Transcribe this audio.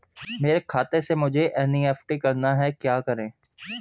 मेरे खाते से मुझे एन.ई.एफ.टी करना है क्या करें?